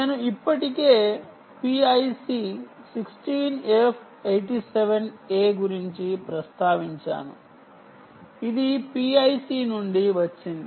నేను ఇప్పటికే PIC 16F87A గురించి ప్రస్తావించాను ఇది PIC నుండి వచ్చింది